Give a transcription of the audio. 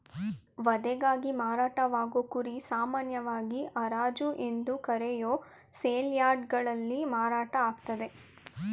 ವಧೆಗಾಗಿ ಮಾರಾಟವಾಗೋ ಕುರಿ ಸಾಮಾನ್ಯವಾಗಿ ಹರಾಜು ಎಂದು ಕರೆಯೋ ಸೇಲ್ಯಾರ್ಡ್ಗಳಲ್ಲಿ ಮಾರಾಟ ಆಗ್ತದೆ